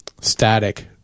static